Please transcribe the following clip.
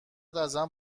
ازم